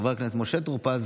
חבר הכנסת משה שמעון רוט,